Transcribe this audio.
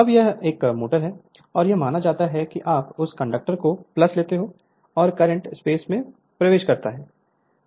Refer Slide Time 3318 अब यह एक मोटर है और यह माना जाता है कि आप उस कंडक्टर को लेते हैं और करंट स्पेस में प्रवेश कर रहा है